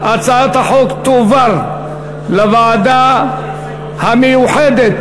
2013, לוועדה המיוחדת